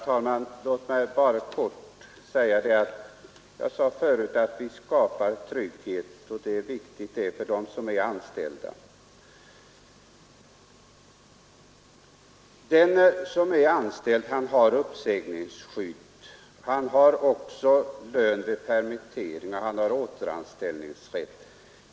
Herr talman! Jag sade förut att vi skapar trygghet för de anställda, och det är viktigt. Den som är anställd har uppsägningsskydd. Han har också lön vid permittering och återanställningsrätt.